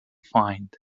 find